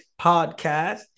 Podcast